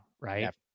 right